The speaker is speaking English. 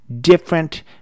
different